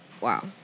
Wow